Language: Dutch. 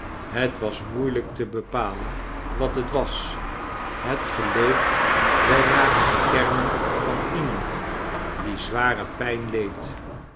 het was moeielijk te bepalen wat het was het geleek wel naar het kermen van iemand die zware pijn leed